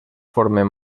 formen